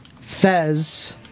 Fez